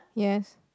yes